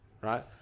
right